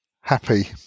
Happy